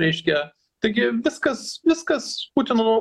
reiškia taigi viskas viskas putino